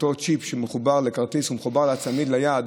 אותו צ'יפ שמחובר לכרטיס או מחובר לצמיד ליד,